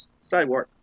sidewalk